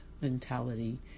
mentality